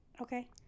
Okay